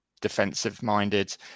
defensive-minded